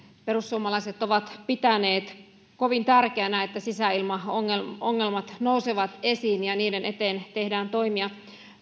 perussuomalaiset ovat pitäneet kovin tärkeänä että sisäilmaongelmat nousevat esiin ja niiden eteen tehdään toimia